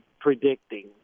predicting